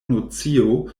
nocio